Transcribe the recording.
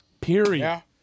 Period